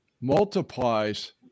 multiplies